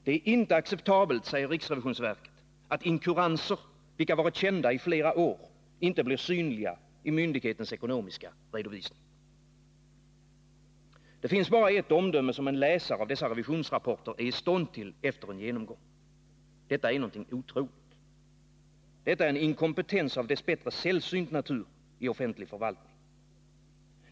Det är inte acceptabelt, säger riksrevisionsverket, att inkuranser, vilka varit kända i flera år, inte blir synliga i myndighetens ekonomiska redovisning. Det finns bara ett omdöme som en läsare av revisionsrapporterna är i stånd till efter en genomgång: Detta är någonting otroligt. Detta är en inkompetens av dess bättre sällsynt natur i offentlig förvaltning.